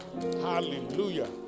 Hallelujah